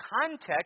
context